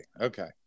Okay